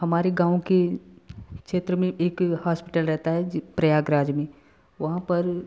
हमारे गाँव के क्षेत्र में एक हॉस्पिटल रहता है प्रयागराज में वहाँ पर